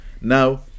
now